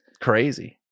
crazy